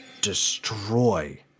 destroy